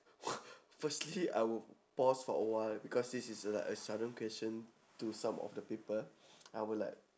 !wah! firstly I would pause for a while because this is uh like a sudden question to some of the people I will like